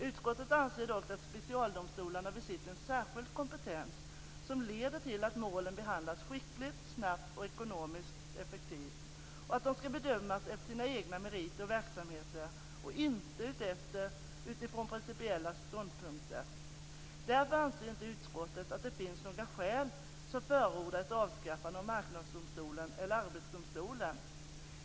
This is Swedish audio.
Utskottet anser dock att specialdomstolarna besitter en särskild kompetens som leder till att målen behandlas skickligt, snabbt och ekonomiskt effektivt och att de ska bedömas efter sina egna meriter och verksamheter och inte utifrån principiella ståndpunkter. Därför anser inte utskottet att det finns några skäl som förordar ett avskaffande av Marknadsdomstolen eller Arbetsdomstolen.